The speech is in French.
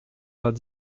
vingt